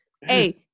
Hey